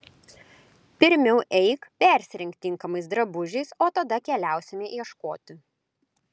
pirmiau eik persirenk tinkamais drabužiais o tada keliausime ieškoti